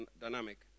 dynamic